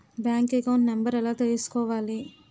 Bank account number ఎలా తీసుకోవాలి?